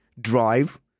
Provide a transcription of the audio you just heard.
drive